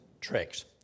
tricks